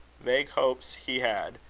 vague hopes he had,